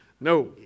no